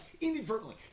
inadvertently